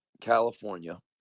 California